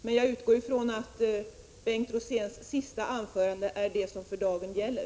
Men jag utgår ifrån att Bengt Roséns sista anförande är det som för dagen gäller.